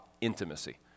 intimacy